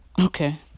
Okay